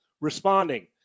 responding